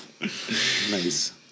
Nice